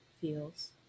feels